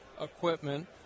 equipment